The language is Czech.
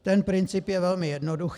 Ten princip je velmi jednoduchý.